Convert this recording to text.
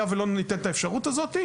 היה ולא ניתן את האפשרות הזאת,